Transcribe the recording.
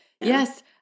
Yes